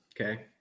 Okay